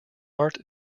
heart